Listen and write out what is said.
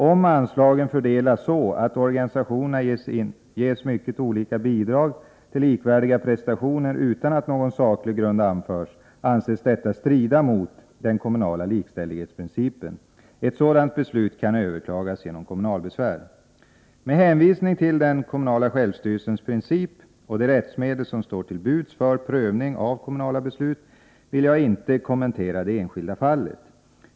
Om anslagen fördelas så att organisationerna ges mycket olika bidrag för likvärdiga prestationer, utan att någon saklig grund anförs, anses detta strida mot den kommunala likställighetsprincipen. Ett sådant beslut kan överklagas genom kommunalbesvär. Med hänvisning till den kommunala självstyrelsens princip och de rättsmedel som står till buds för prövning av kommunala beslut vill jag inte kommentera det enskilda fallet.